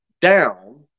down